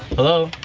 hello?